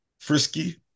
frisky